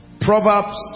Proverbs